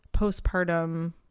postpartum